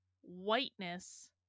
whiteness